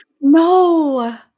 no